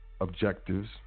objectives